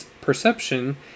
perception